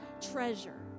treasure